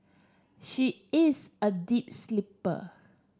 she is a deep sleeper